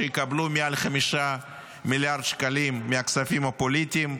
שיקבלו מעל 5 מיליארד שקלים מהכספים הפוליטיים,